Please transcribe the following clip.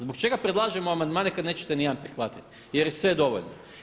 Zbog čega predlažemo amandmane kad nećete nijedan prihvatiti jer je sve dovoljno?